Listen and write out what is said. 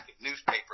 newspaper